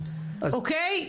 אוקיי?